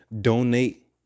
donate